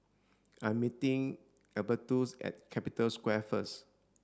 I'm meeting Albertus at Capital Square first